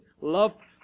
loved